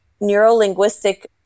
neuro-linguistic